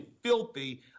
filthy